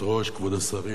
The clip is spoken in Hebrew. כבוד השרים,